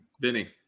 Vinny